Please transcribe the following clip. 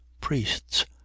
priests